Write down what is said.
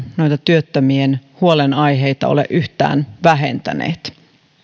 työttömien huolenaiheita ole ainakaan yhtään vähentäneet